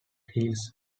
heels